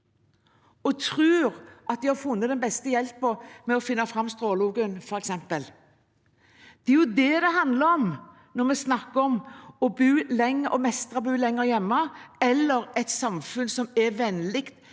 og tror at de har funnet den beste hjelpen ved f.eks. å finne fram stråleovnen. Det er det det handler om når vi snakker om å mestre å bo lenger hjemme eller å ha et samfunn som er vennlig